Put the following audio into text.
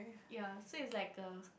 ya so is like a